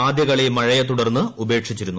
ആദ്യകളി മഴയെത്തുടർന്ന് ഉപ്പേക്ഷിച്ചിരുന്നു